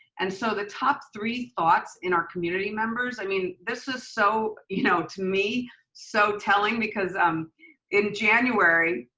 and so the top three thoughts in our community members, i mean this is so, you know to me so telling, because um in january,